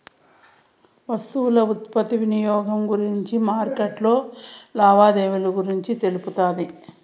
వస్తువుల ఉత్పత్తి వినియోగం గురించి మార్కెట్లో లావాదేవీలు గురించి తెలుపుతాది